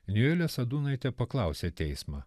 nijolė sadūnaitė paklausė teismą